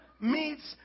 meets